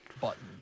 button